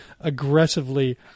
aggressively